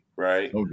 Right